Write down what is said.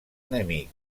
enemic